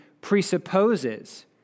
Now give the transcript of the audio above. presupposes